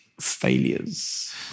failures